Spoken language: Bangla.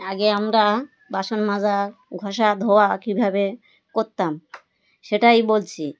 আগে আমরা বাসন মাজা ঘষা ধোয়া কী ভাবে করতাম সেটাই বলছি